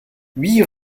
huit